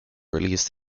released